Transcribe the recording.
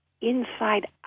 inside